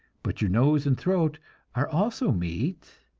but your nose and throat are also meat,